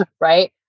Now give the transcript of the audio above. right